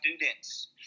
students